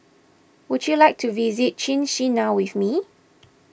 would you like to visit Chisinau with me